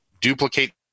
duplicate